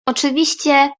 oczywiście